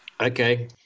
okay